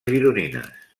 gironines